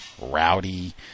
rowdy